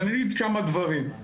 אני אגיד כמה דברים.